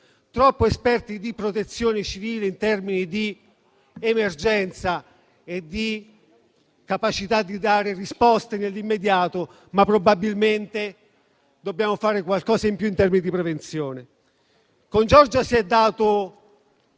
tragedie e di protezione civile in termini di emergenza e di capacità di dare risposte nell'immediato, ma probabilmente dobbiamo fare qualcosa in più in termini di prevenzione. Con Giorgia Meloni si è data